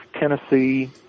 Tennessee